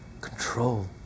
control